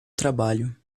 trabalho